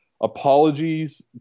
apologies